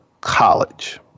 college